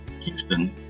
houston